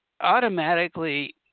automatically